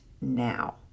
now